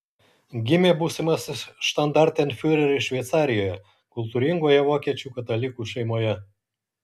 gimė būsimasis štandartenfiureris šveicarijoje kultūringoje vokiečių katalikų šeimoje